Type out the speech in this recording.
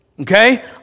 okay